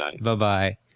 Bye-bye